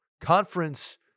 conference